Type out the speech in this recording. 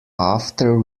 after